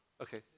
Okay